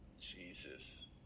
Jesus